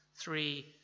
Three